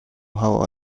how